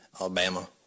Alabama